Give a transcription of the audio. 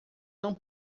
não